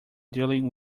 dealing